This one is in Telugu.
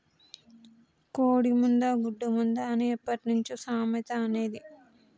కోడి ముందా, గుడ్డు ముందా అని ఎప్పట్నుంచో సామెత అనేది